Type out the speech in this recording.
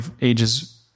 ages